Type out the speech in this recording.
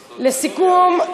לסיכום,